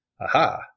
Aha